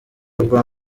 ubwa